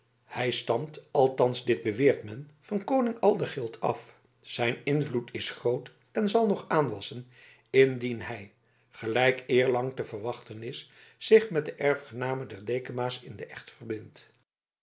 hij stamt althans dit beweert men van koning adegild af zijn invloed is groot en zal nog aanwassen indien hij gelijk eerlang te verwachten is zich met de erfgename der dekama's in den echt verbindt